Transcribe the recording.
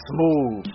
Smooth